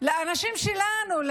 לאנשים שלנו,